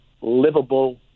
livable